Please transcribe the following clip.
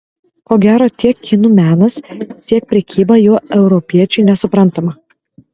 ko gero tiek kinų menas tiek prekyba juo europiečiui nesuprantama